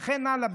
וכן הלאה,